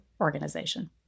organization